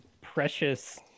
precious